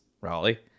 Raleigh